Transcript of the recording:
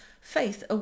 faith